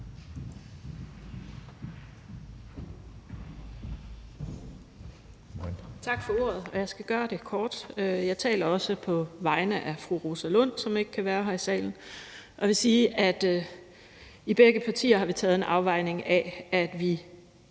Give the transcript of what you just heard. Tak for ordet. Jeg skal gøre det kort. Jeg taler også på vegne af fru Rosa Lund, Enhedslisten, som ikke kan være her i salen. I begge partier har vi foretaget en afvejning, og vi